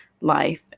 life